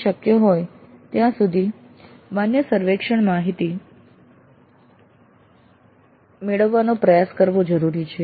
અને શક્ય હોય ત્યાં સુધી માન્ય સર્વેક્ષણ માહિતી મેળવવાનો પ્રયાસ કરવો જરૂરી છે